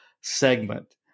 segment